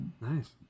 Nice